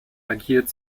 agiert